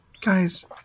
guys